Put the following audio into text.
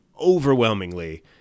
overwhelmingly